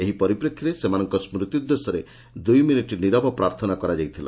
ଏହି ପରିପ୍ରେକ୍ଷୀରେ ସେମାନଙ୍ଙ ସ୍ବତି ଉଦ୍ଦେଶ୍ୟରେ ଦୁଇମିନିଟ୍ ନିରବ ପ୍ରାର୍ଥନା କରାଯାଇଥିଲା